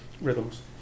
rhythms